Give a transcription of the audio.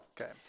Okay